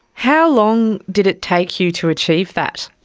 how long did it take you to achieve that?